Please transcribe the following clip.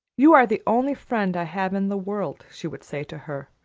you are the only friend i have in the world, she would say to her.